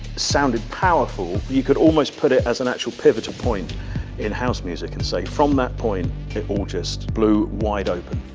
sounded powerful. you could almost put it as an actual pivotal point in house music and say from that point it all just blew wide open.